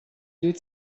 deux